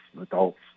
adults